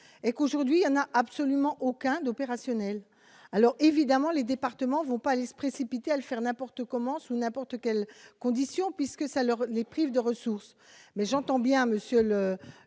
et qu'aujourd'hui on n'a absolument aucun opérationnel, alors évidemment les départements vont pas aller se précipiter à le faire n'importe comment, sous n'importe quelles conditions puisque ça leur les prive de ressources mais j'entends bien Monsieur le